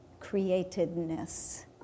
createdness